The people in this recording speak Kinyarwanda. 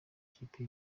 ikipe